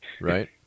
Right